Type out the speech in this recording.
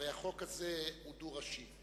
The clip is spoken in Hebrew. הרי החוק הזה הוא דו-ראשי: